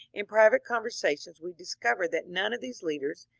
in private conversation we discovered that none of these leaders,